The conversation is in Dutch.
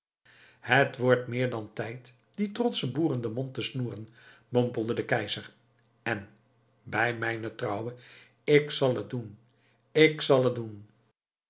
het wordt meer dan tijd dien trotschen boeren den mond te snoeren mompelde de keizer en bij mijne trouwe ik zal het doen ik zal het doen